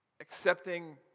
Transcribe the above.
accepting